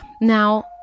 Now